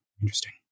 interesting